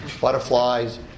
Butterflies